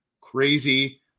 Crazy